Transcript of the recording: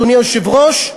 אדוני היושב-ראש,